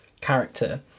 character